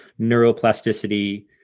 neuroplasticity